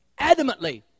adamantly